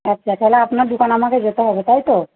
আচ্ছা তাহলে আপনার দোকান আমাকে যেতে হবে তাই তো